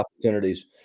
opportunities